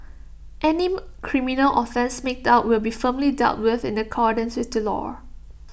any criminal offence made out will be firmly dealt with in accordance with the law